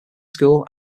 school